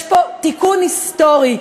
יש פה תיקון היסטורי,